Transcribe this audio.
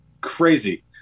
crazy